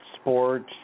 sports